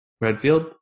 Redfield